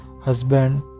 husband